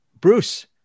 Bruce